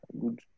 good